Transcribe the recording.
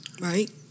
Right